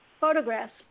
photographs